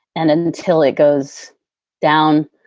and until it goes down,